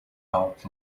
out